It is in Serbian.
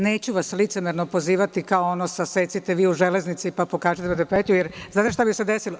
Neću vas licemerno pozivati kao ono sasecite vi u železnici, pa pokažite …, jer znate šta bi se desilo?